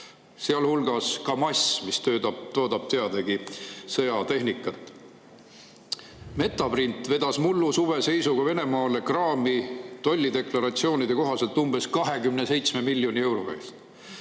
sealhulgas on Kamaz, mis toodab teadagi sõjatehnikat. Metaprint vedas mullusuvise seisuga Venemaale kraami tollideklaratsioonide kohaselt umbes 27 miljoni euro eest.